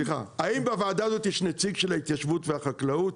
האם בוועדה הזו יש נציג של ההתיישבות והחקלאות?